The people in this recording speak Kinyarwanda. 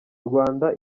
rwanda